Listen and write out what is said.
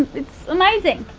it's amazing,